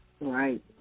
Right